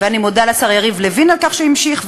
ואני מודה לשר יריב לוין על כך שהוא המשיך.